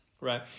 right